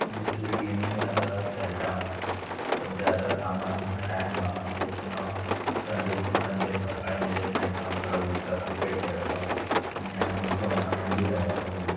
दुसरी गेमी आतां खेळटा हांव सद्द्या आतां कामान म्हाका टायम गावना तरी पूण हांव संडेचे संडे सकाळी म्हज्या फ्रेंड्सां वांगडा वयता क्रिकेट खेळपा आनी आमी टोर्नामेंट बी लायता खूब